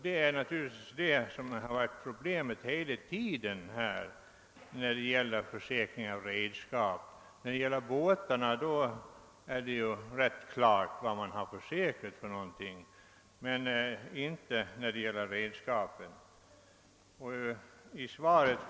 Det är detta som hela tiden varit problemet när det gällt försäkring av redskap. I fråga om båtarna har man ganska klart för sig vad som är försäkrat.